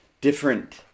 different